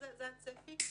זה הצפי.